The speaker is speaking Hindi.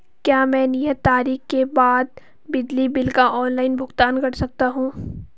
क्या मैं नियत तारीख के बाद बिजली बिल का ऑनलाइन भुगतान कर सकता हूं?